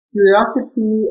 Curiosity